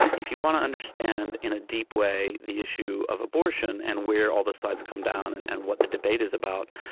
if you want to understand in a deep way the issue of abortion and where all the sides come down and and what the debate is about,